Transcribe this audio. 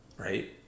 Right